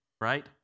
right